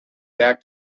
back